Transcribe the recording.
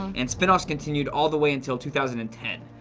and spinoffs continued all the way until two thousand and ten.